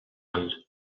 all